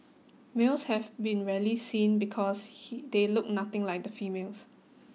males have been rarely seen because he they look nothing like the females